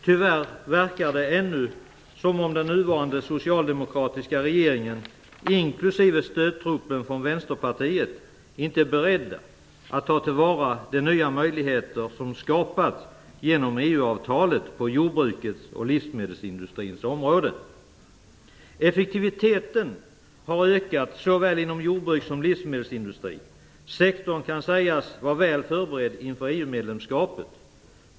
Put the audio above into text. Tyvärr verkar det som att den nuvarande socialdemokratiska regeringen, inklusive stödgrupper från Vänsterpartiet, ännu inte är beredd att ta till vara de nya möjligheter som skapats genom Effektiviteten har ökat såväl inom jordbruks som inom livsmedelsindustrin. Sektorn kan sägas vara väl förberedd inför EU-medlemskapet.